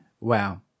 Wow